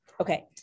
Okay